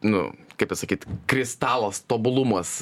nu kaip pasakyt kristalas tobulumas